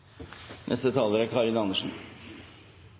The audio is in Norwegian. Neste replikk er fra Karin Andersen